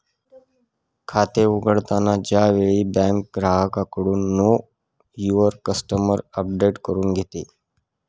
खाते उघडताना च्या वेळी बँक ग्राहकाकडून नो युवर कस्टमर अपडेट करून घेते